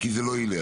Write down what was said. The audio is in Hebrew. כי זה לא ילך,